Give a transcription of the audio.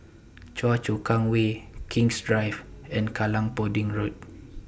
Choa Chu Kang Way King's Drive and Kallang Pudding Road